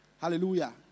Hallelujah